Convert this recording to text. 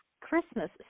Christmas